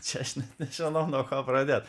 čia aš ne nežinau nuo ko pradėt